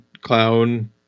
clown